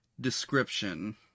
Description